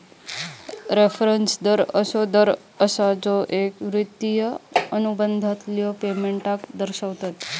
reference दर असो दर असा जो एक वित्तिय अनुबंधातल्या पेमेंटका दर्शवता